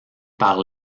par